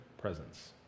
presence